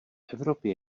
evropě